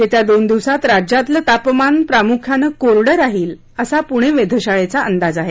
येत्या दोन दिवसात राज्यातलं तापमान प्रामुख्यानं कोरडं राहील असा पुणे वेधशाळेचा अंदाज आहे